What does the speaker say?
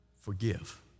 forgive